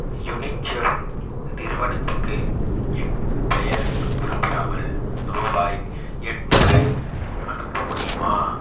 UNICEF நிறுவனத்துக்கு என் பெயர் குறிப்பிடாமல் ரூபாய் எட்நூறு அனுப்ப முடியுமா